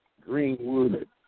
Greenwood